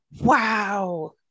wow